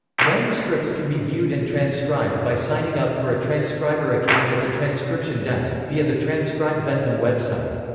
manuscripts can be viewed and transcribed by signing-up for a transcriber account at the transcription desk, via the transcribe bentham website.